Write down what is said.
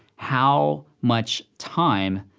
how much time,